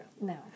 no